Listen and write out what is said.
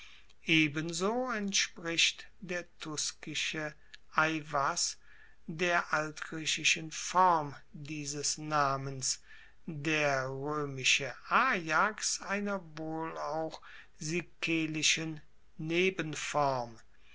ebenso entspricht der tuskische aivas der altgriechischen form dieses namens der roemische aiax einer wohl auch sikelischen